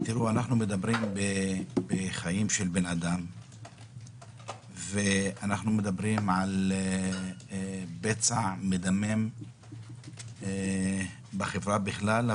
אנחנו מדברים על חיים של בני אדם ועל פצע מדמם בחברה בכלל,